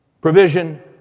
provision